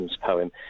poem